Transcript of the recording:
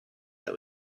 that